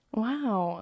wow